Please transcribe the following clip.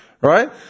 Right